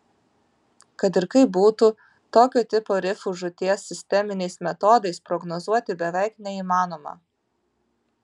kad ir kaip būtų tokio tipo rifų žūties sisteminiais metodais prognozuoti beveik neįmanoma